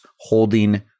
holding